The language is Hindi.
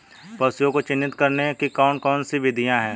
पशुओं को चिन्हित करने की कौन कौन सी विधियां हैं?